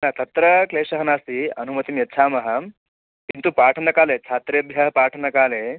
न तत्र क्लेशः नास्ति अनुमतिं यच्छामः किन्तु पाठनकाले छात्रेभ्यः पाठनकाले